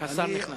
השר נכנס.